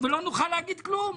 ולא נוכל להגיד כלום.